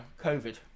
COVID